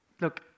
look